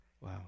Wow